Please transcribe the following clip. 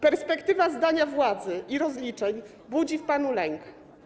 Perspektywa zdania władzy i rozliczeń budzi w panu lęk.